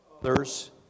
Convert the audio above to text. Others